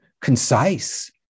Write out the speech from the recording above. concise